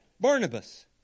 Barnabas